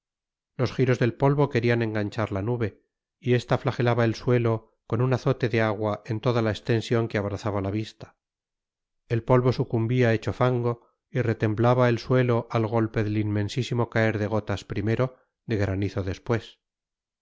los giros del polvo querían enganchar la nube y esta flagelaba el suelo con un azote de agua en toda la extensión que abrazaba la vista el polvo sucumbía hecho fango y retemblaba el suelo al golpe del inmensísimo caer de gotas primero de granizo después